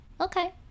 Okay